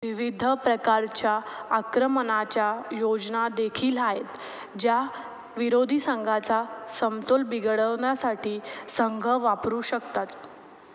विविध प्रकारच्या आक्रमणाच्या योजनादेखील आहेत ज्या विरोधी संघाचा समतोल बिघडवण्यासाठी संघ वापरू शकतात